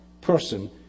person